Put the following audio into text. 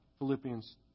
Philippians